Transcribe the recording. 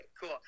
Cool